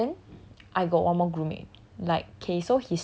so okay then I got one more group mate